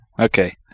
okay